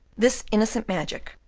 this innocent magic,